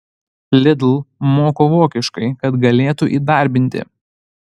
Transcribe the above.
lidl moko vokiškai kad galėtų įdarbinti